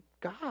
god